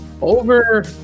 over